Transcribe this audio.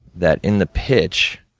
that in the pitch,